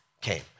came